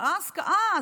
כעס כעס.